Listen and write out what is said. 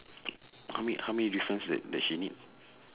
how many how many difference that that she need